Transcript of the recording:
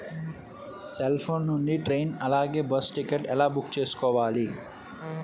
Cell phone నుండి train అలాగే bus ticket ఎలా బుక్ చేసుకోవాలి?